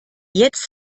jetzt